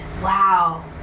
wow